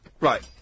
right